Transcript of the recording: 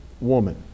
woman